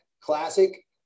classic